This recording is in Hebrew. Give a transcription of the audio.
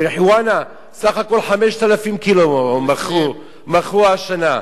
מריחואנה בסך הכול 5,000 קילו מכרו השנה.